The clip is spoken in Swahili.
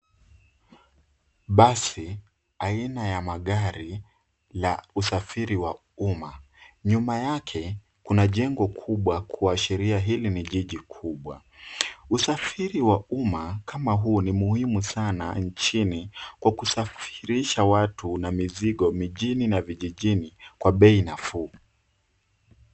Basi, aina ya magari la usafiri wa umma. Nyuma yake, kuna jengo kubwa kuashiria hili ni jiji kubwa. Usafiri wa umma kama huu ni muhimu sana nchini, kwa kusafisha watu na mizigo mijini na vijijini kwa bei nafuu.